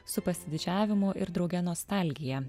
su pasididžiavimu ir drauge nostalgija